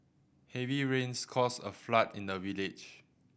heavy rains caused a flood in the village